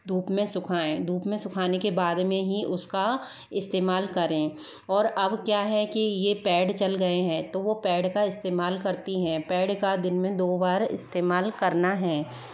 धूप में सुखाएँ धूप में सुखाने के बाद में ही उसका इस्तेमाल करें ओर अब क्या है कि ये पैड चल गए हैं तो वो पैड का इस्तेमाल करती हैं पैड का दिन में दो बार इस्तेमाल करना है